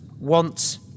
wants